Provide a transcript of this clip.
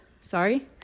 sorry